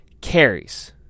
carries